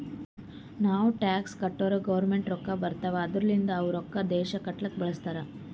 ನಾವ್ ಟ್ಯಾಕ್ಸ್ ಕಟ್ಟುರ್ ಗೌರ್ಮೆಂಟ್ಗ್ ರೊಕ್ಕಾ ಬರ್ತಾವ್ ಅದೂರ್ಲಿಂದ್ ಅವು ರೊಕ್ಕಾ ದೇಶ ಕಟ್ಲಕ್ ಬರ್ತುದ್